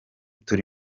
turi